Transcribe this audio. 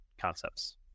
concepts